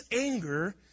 anger